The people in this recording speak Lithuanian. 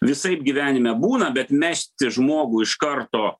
visaip gyvenime būna bet mesti žmogų iš karto